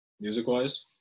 music-wise